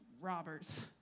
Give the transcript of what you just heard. robbers